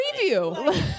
preview